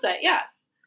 Yes